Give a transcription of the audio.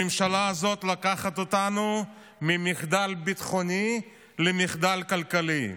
הממשלה הזאת לוקחת אותנו ממחדל ביטחוני למחדל כלכלי.